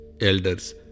elders